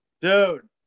dude